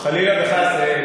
חלילה וחס.